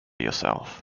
yourself